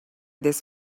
this